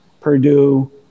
Purdue